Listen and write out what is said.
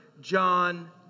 John